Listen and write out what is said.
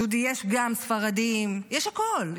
דודי, יש גם ספרדים, יש הכול.